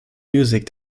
music